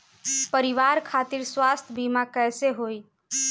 परिवार खातिर स्वास्थ्य बीमा कैसे होई?